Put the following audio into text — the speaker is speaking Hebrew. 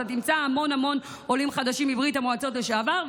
אתה תמצא המון המון עולים חדשים מברית המועצות לשעבר,